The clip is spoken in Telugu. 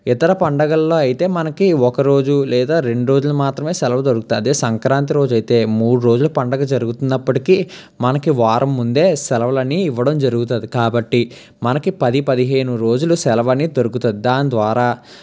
ఇతర పండగల్లో అయితే మనకి ఒక రోజు లేదా రెండు రోజులు మాత్రమే సెలవు దొరుకుతుంది సంక్రాంతి రోజయితే మూడు రోజుల పండగ జరుగుతున్నప్పటికీ మనకి వారం ముందే సెలవులు అన్ని ఇవ్వడం జరుగుతుంది కాబట్టి మనకి పది పదిహేను రోజులు సెలవనేది దొరుకుతుంది దాని ద్వారా